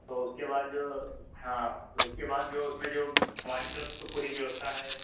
तो उसके बाद हाँ तो उसके बाद जो उस में जो हमारी तरफ़ से तो पूरी व्यवस्था है